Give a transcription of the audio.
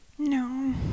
No